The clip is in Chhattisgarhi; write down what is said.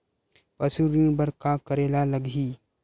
पशु ऋण बर का करे ला लगही?